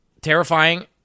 Terrifying